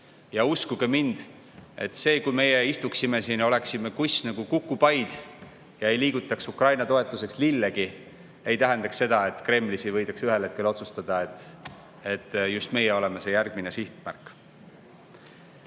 Uskuge mind: see, kui meie istuksime siin, oleksime kuss nagu kukupaid ega liigutaks Ukraina toetuseks lillegi, ei tähendaks seda, et Kremlis ei võidaks ühel hetkel otsustada, et just meie oleme järgmine sihtmärk.